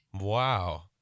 Wow